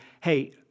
hey